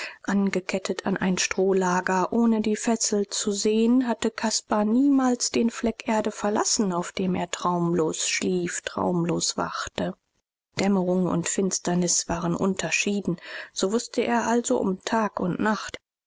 angekettet an ein strohlager ohne die fessel zu sehen hatte caspar niemals den fleck erde verlassen auf dem er traumlos schlief traumlos wachte dämmerung und finsternis waren unterschieden so wußte er also um tag und nacht